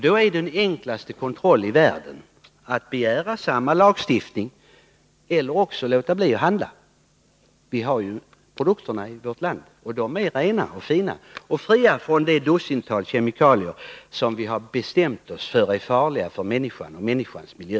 Då är det den enklaste kontrollen i världen att begära att dessa länder har samma lagstiftning som vi eller också låta bli att handla därifrån — vi har ju produkterna i vårt land, och de är rena, fina och fria från det dussintal kemikalier som vi har bestämt oss för att betrakta som farliga för människan och människans miljö.